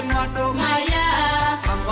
Maya